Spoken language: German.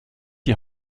die